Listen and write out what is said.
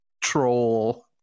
troll